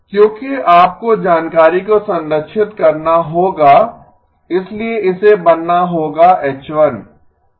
क्योंकि आपको जानकारी को संरक्षित करना होगा इसलिए इसे बनना होगा H 1